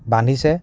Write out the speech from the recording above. বান্ধিছে